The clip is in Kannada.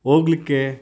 ಹೋಗ್ಲಿಕ್ಕೆ